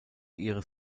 ihres